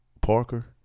Parker